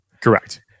Correct